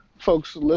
folks